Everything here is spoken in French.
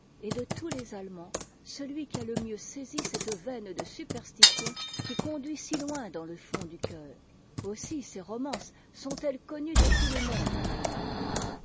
est de tous les allemands celui qui a le mieux saisi cette veine de superstition qui conduit si loin dans le fond du cœur aussi ses romances sont-elles connues de tout le monde en allemagne